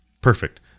perfect